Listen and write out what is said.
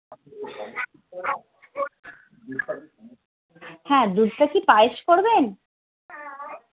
হ্যাঁ দুধটা কি পায়েস করবেন